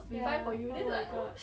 ya oh my god